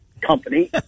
company